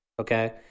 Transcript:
okay